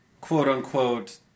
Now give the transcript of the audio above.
quote-unquote